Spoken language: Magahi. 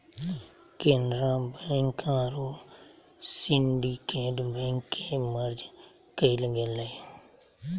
केनरा बैंक आरो सिंडिकेट बैंक के मर्ज कइल गेलय